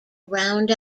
round